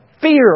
fear